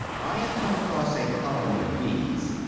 i have come across a colony of bees,